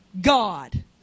God